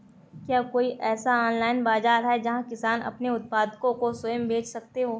क्या कोई ऐसा ऑनलाइन बाज़ार है जहाँ किसान अपने उत्पादकों को स्वयं बेच सकते हों?